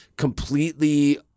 completely